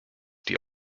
die